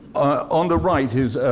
on the right is